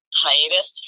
hiatus